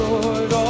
Lord